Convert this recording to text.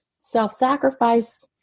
self-sacrifice